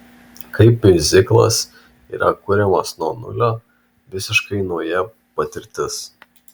kaip miuziklas yra kuriamas nuo nulio visiškai nauja patirtis